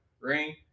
Ring